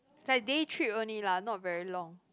like day trip only lah not very long